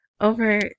over